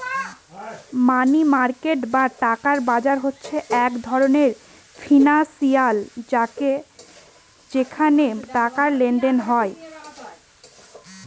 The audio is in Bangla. মানি মার্কেট বা টাকার বাজার হচ্ছে এক ধরনের ফিনান্সিয়াল মার্কেট যেখানে টাকার লেনদেন হয়